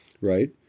right